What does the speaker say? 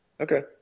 okay